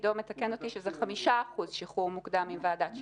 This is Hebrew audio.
עידו מתקן אותי ואומר שאלה חמישה אחוזים שחרור מוקדם עם ועדת שחרורים.